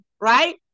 Right